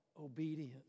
obedience